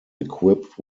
equipped